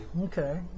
Okay